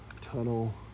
tunnel